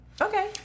Okay